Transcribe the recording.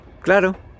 Claro